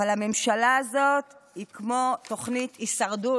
אבל הממשלה הזאת היא כמו תוכנית הישרדות,